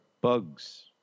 bugs